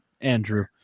Andrew